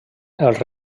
els